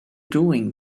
doing